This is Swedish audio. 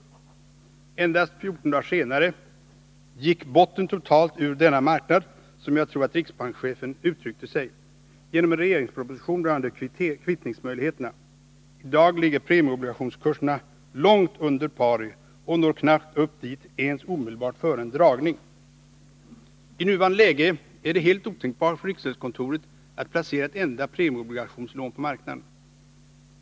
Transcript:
Endast 14 dagar senare gick bottnen totalt ur denna marknad, som jag tror att riksbankschefen uttryckte sig, genom en regeringsproposition rörande kvittningsmöjligheterna. I dag ligger premieobligationskurserna långt under pari och når knappt upp dit ens omedelbart före en dragning. I nuvarande läge är det helt otänkbart för riksgäldskontoret att placera ett enda premieobligationslån på marknaden.